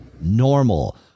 normal